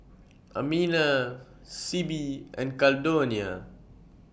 Amina Sibbie and Caldonia